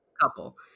couple